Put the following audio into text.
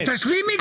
אז תשלימי כבר.